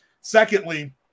Secondly